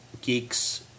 geeks